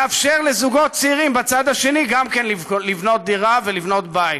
לאפשר לזוגות צעירים בצד השני גם כן לבנות דירה ולבנות בית.